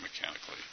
mechanically